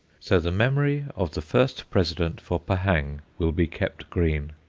so the memory of the first president for pahang will be kept green.